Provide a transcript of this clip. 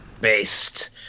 based